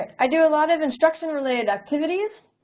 i do a lot of instruction related activities.